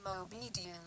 obedient